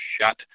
shut